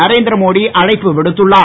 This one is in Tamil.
நரேந்திரமோடி அழைப்பு விடுத்துள்ளார்